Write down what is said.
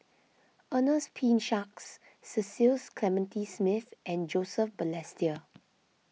Ernest P Shanks Cecil Clementi Smith and Joseph Balestier